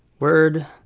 word.